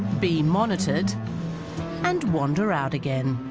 be monitored and wander out again